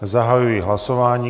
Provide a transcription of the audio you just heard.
Zahajuji hlasování.